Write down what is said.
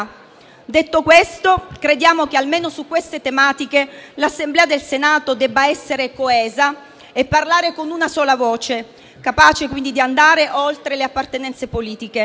Detto questo, crediamo che almeno su queste tematiche l'Assemblea del Senato debba essere coesa e parlare con una sola voce, capace quindi di andare oltre le appartenenze politiche.